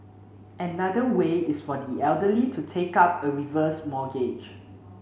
another way is for the elderly to take up a reverse mortgage